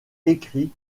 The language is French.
écrits